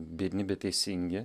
biedni bet teisingi